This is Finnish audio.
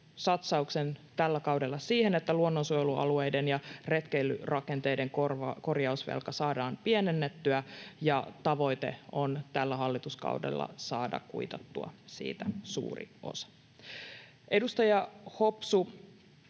satsauksen tällä kaudella siihen, että luonnonsuojelualueiden ja retkeilyrakenteiden korjausvelkaa saadaan pienennettyä, ja tavoite on tällä hallituskaudella saada kuitattua siitä suuri osa. Edustaja Hopsu